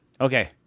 Okay